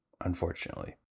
unfortunately